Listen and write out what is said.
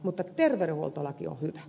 mutta terveydenhuoltolaki on hyvä